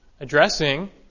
addressing